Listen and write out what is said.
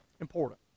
important